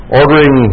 ordering